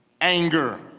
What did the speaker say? anger